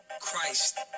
Christ